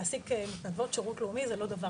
להעסיק מתנדבות שירות לאומי זה לא דבר